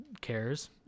cares